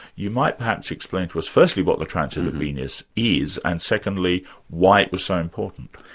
you might perhaps explain to us firstly what the transit of venus is, and secondly why it was so important.